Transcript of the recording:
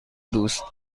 دوست